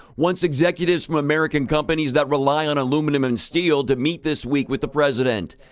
wants executives from american companies that rely on aluminum and steel to meet this week with the president.